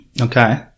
Okay